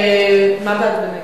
מה בעד ונגד?